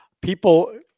people